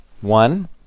One